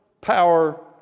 power